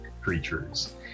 creatures